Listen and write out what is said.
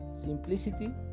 simplicity